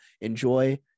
enjoy